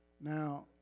Now